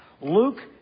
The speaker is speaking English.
Luke